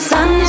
Sun